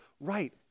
right